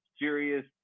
serious